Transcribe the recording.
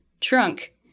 trunk